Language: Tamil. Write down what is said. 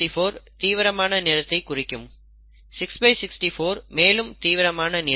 1564 தீவிரமான நிறத்தை குறிக்கும் 664 மேலும் தீவிரமான நிறம்